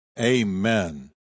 amen